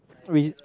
which